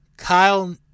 Kyle